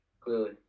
Clearly